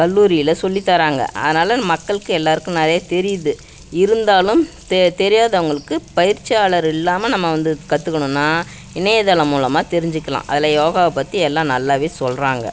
கல்லூரியிலக சொல்லித் தராங்க அதனால் மக்களுக்கு எல்லாேருக்கும் நிறைய தெரியுது இருந்தாலும் தெ தெரியாதவர்களுக்கு பயிற்சியாளர் இல்லாமல் நம்ம வந்து கற்றுக்கணுனா இணையதளம் மூலமாக தெரிஞ்சுக்கலாம் அதில் யோகாவை பற்றி எல்லாம் நல்லாவே சொல்கிறாங்க